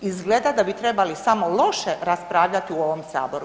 Izgleda da bi trebali samo loše raspravljati u ovom Saboru.